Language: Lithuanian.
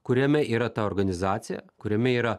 kuriame yra ta organizacija kuriame yra